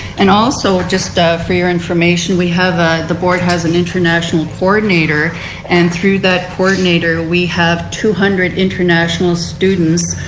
and also just ah for your information we have ah the board has an international coordinator and through that coordinator we have two hundred international students